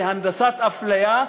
זה הנדסת אפליה,